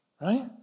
Right